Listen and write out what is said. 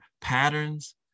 patterns